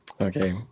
Okay